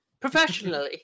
professionally